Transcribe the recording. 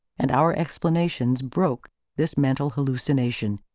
and our explanations broke this mental hallucination.